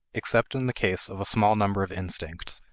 except in the case of a small number of instincts,